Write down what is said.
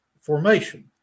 formation